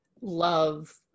love